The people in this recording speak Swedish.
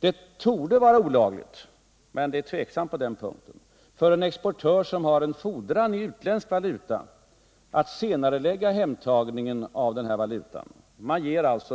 Det torde vara olagligt — men det är tveksamt — för en exportör som har en fordran i utländsk valuta att senarelägga hemtagningen av denna valuta, dvs.